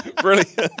Brilliant